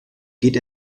geht